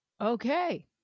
Okay